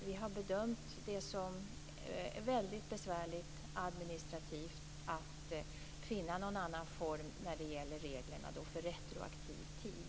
Vi har bedömt det som administrativt väldigt besvärligt att finna någon annan form när det gäller reglerna för retroaktiv tid.